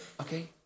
Okay